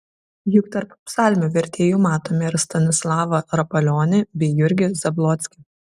juk tarp psalmių vertėjų matome ir stanislavą rapalionį bei jurgį zablockį